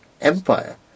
empire